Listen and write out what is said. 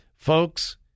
Folks